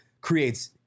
creates